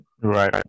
right